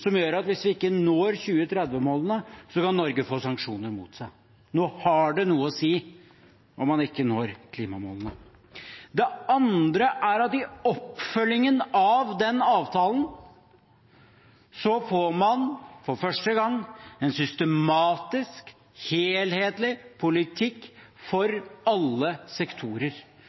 som gjør at hvis vi ikke når 2030-målene, kan Norge få sanksjoner mot seg. Nå har det noe å si om man ikke når klimamålene. Det andre er at i oppfølgingen av den avtalen får man for første gang en systematisk, helhetlig politikk for alle sektorer,